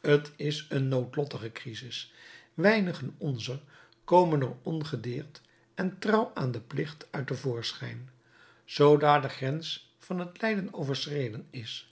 t is een noodlottige crisis weinigen onzer komen er ongedeerd en trouw aan den plicht uit te voorschijn zoodra de grens van het lijden overschreden is